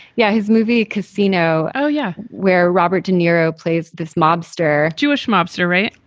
yeah. his movie casino. oh yeah. where robert de niro plays this mobster. jewish mobster. right.